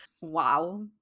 wow